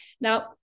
Now